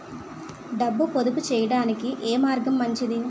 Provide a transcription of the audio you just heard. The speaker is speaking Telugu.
డబ్బు పొదుపు చేయటానికి ఏ మార్గం మంచిది?